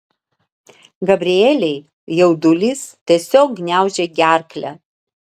gabrielei jaudulys tiesiog gniaužė gerklę